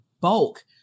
bulk